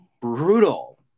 Brutal